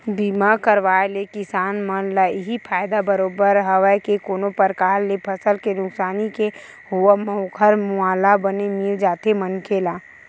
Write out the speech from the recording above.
बीमा करवाय ले किसान मन ल इहीं फायदा बरोबर हवय के कोनो परकार ले फसल के नुकसानी के होवब म ओखर मुवाला बने मिल जाथे मनखे ला